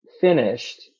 finished